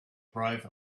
private